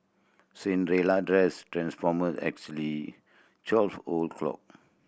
Cinderella dress transformed exactly twelve o' clock